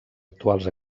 actuals